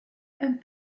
and